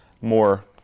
more